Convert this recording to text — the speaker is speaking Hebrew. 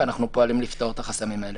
ואנחנו פועלים לפתור את החסמים האלה.